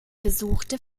besuchte